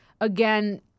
again